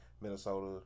Minnesota